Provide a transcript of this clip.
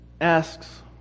asks